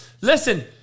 Listen